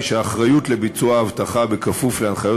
היא שהאחריות לביצוע האבטחה בכפוף להנחיות